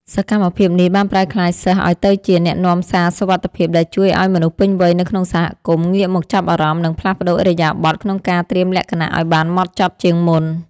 សកម្មភាពនេះបានប្រែក្លាយសិស្សឱ្យទៅជា អ្នកនាំសារសុវត្ថិភាព ដែលជួយឱ្យមនុស្សពេញវ័យនៅក្នុងសហគមន៍ ងាកមកចាប់អារម្មណ៍ និងផ្លាស់ប្តូរឥរិយាបថក្នុងការត្រៀមលក្ខណៈឱ្យបានហ្មត់ចត់ជាងមុន។